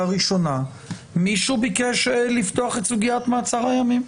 ראשונה מישהו ביקש לפתוח את סוגיית מעצר הימים.